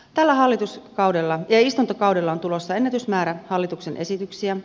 tällä hallituskaudella ja istuntokaudella on tulossa ennätysmäärä hallituksen esityksiä